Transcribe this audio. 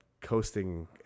coasting